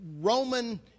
Roman